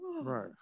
Right